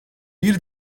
bir